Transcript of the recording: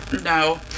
no